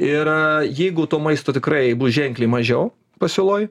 ir jeigu to maisto tikrai bus ženkliai mažiau pasiūloj